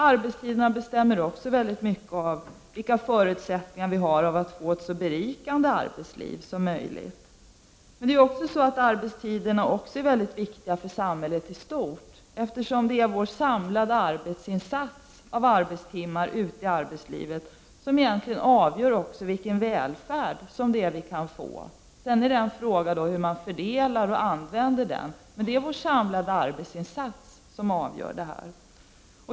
Arbetstiderna bestämmer också mycket av våra förutsättningar för att få ett så berikande arbetsliv som möjligt. Men arbetstiderna är också mycket viktiga för samhället istort, eftersom det är vår samlade arbetsinsats i form av arbetstimmar ute i arbetslivet som egentligen avgör vilken välfärd som vi kan få. Sedan uppstår frågan hur man fördelar och använder den. Men det är, som sagt, vår sam lade arbetsinsats som avgör.